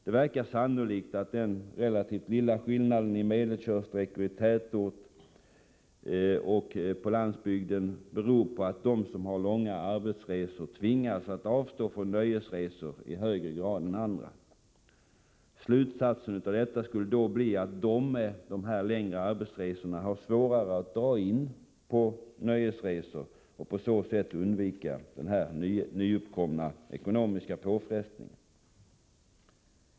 Det verkar sannolikt att den relativt lilla skillnaden i medelkörsträckor i tätort och på landsbygd beror på att de som har långa arbetsresor tvingas avstå från nöjesresor i högre grad än andra. Slutsatsen av detta skulle då bli att de med längre arbetsresor har svårare att dra in på nöjesresor och att på så sätt undvika nya ekonomiska påfrestningar.